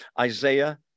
Isaiah